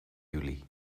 juli